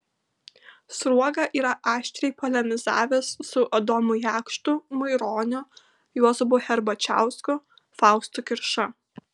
sruoga yra aštriai polemizavęs su adomu jakštu maironiu juozapu herbačiausku faustu kirša